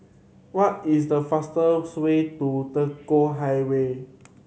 what is the fastest way to Tekong Highway